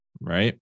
right